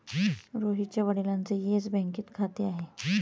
रोहितच्या वडिलांचे येस बँकेत खाते आहे